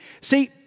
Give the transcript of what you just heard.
See